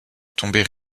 tomber